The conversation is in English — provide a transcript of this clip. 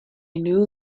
new